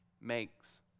makes